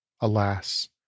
alas